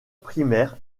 primaire